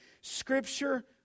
scripture